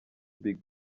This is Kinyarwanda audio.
big